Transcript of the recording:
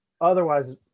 Otherwise